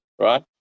right